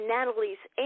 Natalie's